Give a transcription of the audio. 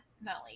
smelly